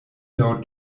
laŭ